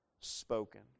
spoken